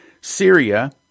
Syria